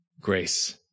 grace